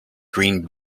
green